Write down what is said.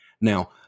Now